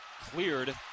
Cleared